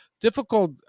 difficult